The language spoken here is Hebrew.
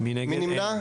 מי נמנע?